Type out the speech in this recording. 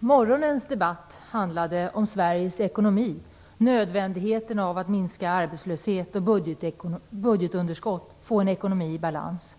Herr talman! Morgonens debatt handlade om Sveriges ekonomi, om nödvändigheten av att minska arbetslöshet och budgetunderskott och att få en ekonomi i balans.